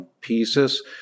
pieces